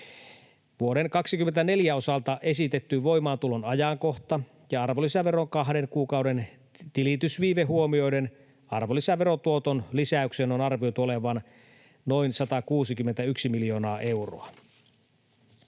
Vuoden 24 osalta esitetty voimaantulon ajankohta ja arvonlisäveron kahden kuukauden tilitysviive huomioiden arvonlisäverotuoton lisäyksen on arvioitu olevan noin 161 miljoonaa euroa.